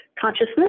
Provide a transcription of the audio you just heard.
consciousness